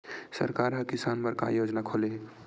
सरकार ह किसान बर का योजना खोले हे?